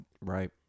Right